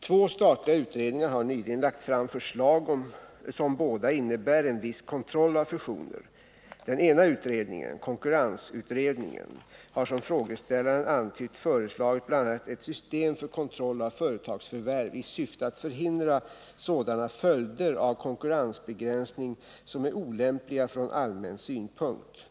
Två statliga utredningar har nyligen lagt fram förslag som båda innebär en viss kontroll av fusioner. Den ena utredningen — konkurrensutredningen — har som frågeställaren antytt föreslagit bl.a. ett system för kontroll av företagsförvärv i syfte att förhindra sådana följder av konkurrensbegränsning som är olämpliga från allmän synpunkt.